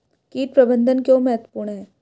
कीट प्रबंधन क्यों महत्वपूर्ण है?